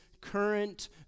current